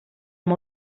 amb